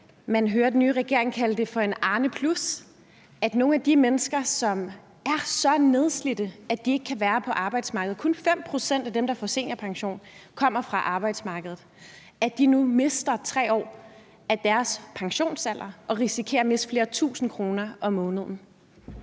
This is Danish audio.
man hører den nye regering kalde det for en Arnepluspension, at nogle af de mennesker, som er så nedslidte, at de ikke kan være på arbejdsmarkedet – kun 5 pct. af dem, der får seniorpension, kommer fra arbejdsmarkedet – nu mister 3 år af deres pensionsalder og risikerer at miste flere tusinde kroner om måneden.